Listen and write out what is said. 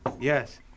Yes